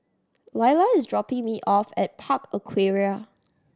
Lyla is dropping me off at Park Aquaria